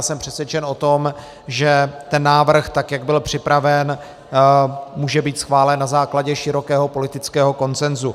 Jsem přesvědčen o tom, že návrh, jak byl připraven, může být schválen na základě širokého politického konsenzu.